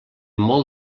molt